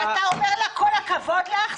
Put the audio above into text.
אתה אומר לה כל הכבוד לך?